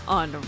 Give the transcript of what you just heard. on